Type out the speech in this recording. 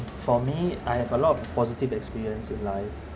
for me I have a lot of positive experience in life